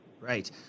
right